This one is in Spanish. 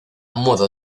modo